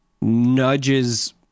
nudges